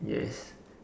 yes